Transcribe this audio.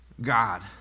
God